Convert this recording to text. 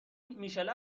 میشله